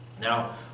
Now